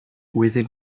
within